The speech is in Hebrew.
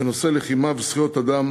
בנושא לחימה וזכויות אדם,